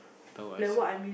towel as a